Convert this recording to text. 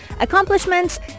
accomplishments